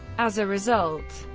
as a result,